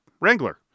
Wrangler